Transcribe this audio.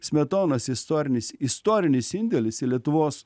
smetonos istorinis istorinis indėlis į lietuvos